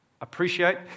appreciate